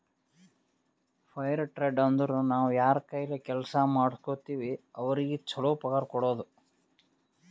fire trade ಅಂದುರ್ ನಾವ್ ಯಾರ್ ಕೈಲೆ ಕೆಲ್ಸಾ ಮಾಡುಸ್ಗೋತಿವ್ ಅವ್ರಿಗ ಛಲೋ ಪಗಾರ್ ಕೊಡೋದು